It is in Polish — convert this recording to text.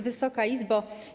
Wysoka Izbo!